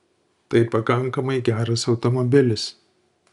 tai pakankamai geras automobilis